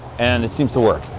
and it seems to work,